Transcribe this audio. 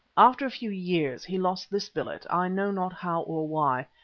after a few years he lost this billet, i know not how or why,